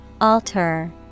Alter